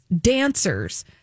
dancers